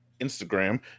Instagram